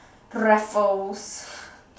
Raffles